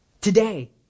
Today